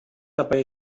dabei